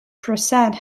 prasad